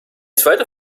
zweiter